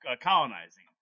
Colonizing